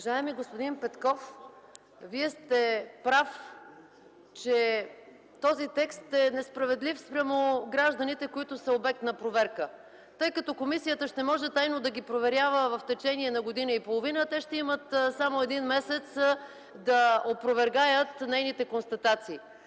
Уважаеми господин Петков, Вие сте прав, че този текст е несправедлив спрямо гражданите, които са обект на проверка, тъй като комисията ще може тайно да ги проверява в течение на година и половина, а те ще имат само един месец, за да опровергаят нейните констатации.